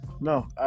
no